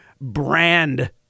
brand